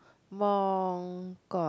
Mongkok